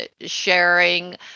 sharing